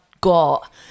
got